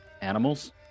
animals